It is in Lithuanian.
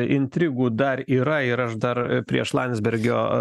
intrigų dar yra ir aš dar prieš landsbergio